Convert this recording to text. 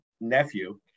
nephew